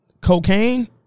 Cocaine